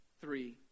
three